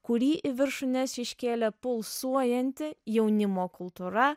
kurį į viršūnes iškėlė pulsuojanti jaunimo kultūra